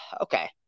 Okay